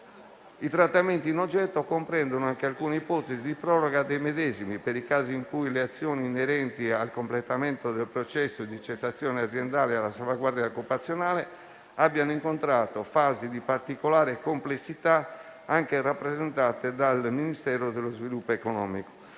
I trattamenti in oggetto comprendono anche alcune ipotesi di proroga dei medesimi per i casi in cui le azioni inerenti al completamento del processo di cessazione aziendale e alla salvaguardia occupazionale abbiano incontrato fasi di particolare complessità, anche rappresentate dal Ministero dello sviluppo economico.